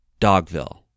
Dogville